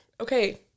okay